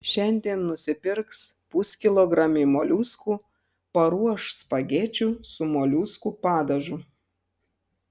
šiandien nusipirks puskilogramį moliuskų paruoš spagečių su moliuskų padažu